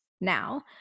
now